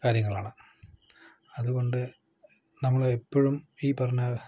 കാര്യങ്ങളാണ് അതുകൊണ്ട് നമ്മൾ എപ്പോഴും ഈ പറഞ്ഞ